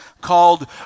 called